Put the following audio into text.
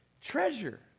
treasure